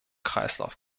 kreislauf